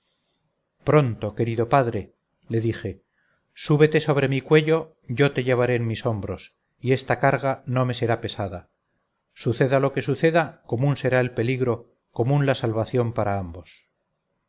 pronto querido padre le dije súbete sobre mi cuello yo te llevaré en mis hombros y esta carga no me será pesada suceda lo que suceda común será el peligro común la salvación para ambos